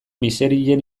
miserien